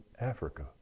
Africa